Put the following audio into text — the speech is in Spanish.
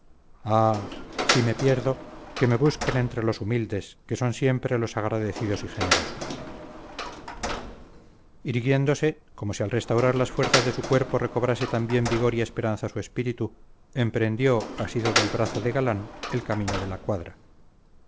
si me pierdo que me busquen entre los humildes que son siempre los agradecidos y generosos irguiéndose como si al restaurar las fuerzas de su cuerpo recobrase también vigor y esperanza su espíritu emprendió asido del brazo de galán el camino de la cuadra